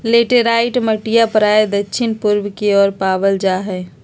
laterite मटिया प्रायः दक्षिण पूर्व के ओर पावल जाहई